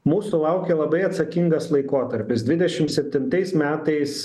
mūsų laukia labai atsakingas laikotarpis dvidešim septintais metais